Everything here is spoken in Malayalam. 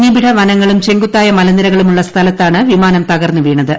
നിബിഡ വനങ്ങളും ചെങ്കുത്തായ മലനിരകളും ഉള്ള സ്ഥലത്താണ് വിമാനം തകർന്ന് വീണത്